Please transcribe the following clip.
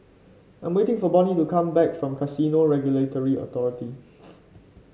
I'm waiting for Bonny to come back from Casino Regulatory Authority